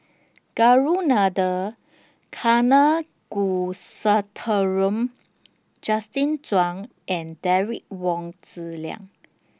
Ragunathar Kanagasuntheram Justin Zhuang and Derek Wong Zi Liang